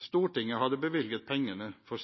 Stortinget hadde bevilget pengene for